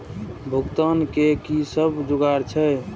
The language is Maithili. भुगतान के कि सब जुगार छे?